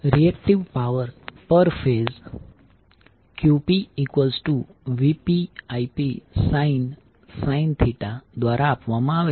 reactive power પર phase QpVpIpsin દ્વારા આપવામાં આવે છે